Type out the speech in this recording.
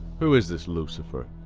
who is this lucifer?